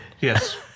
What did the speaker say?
Yes